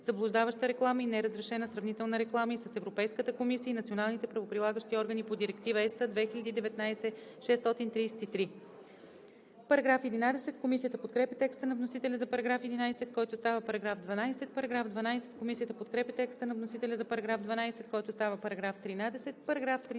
заблуждаваща реклама и неразрешена сравнителна реклама и с Европейската комисия и националните правоприлагащи органи по Директива (ЕС) 2019/633.“ Комисията подкрепя текста на вносителя за § 11, който става § 12. Комисията подкрепя текста на вносителя за § 12, който става § 13. Параграф 13.